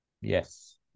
Yes